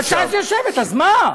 אז ש"ס יושבת, אז מה?